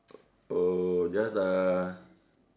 oh just uh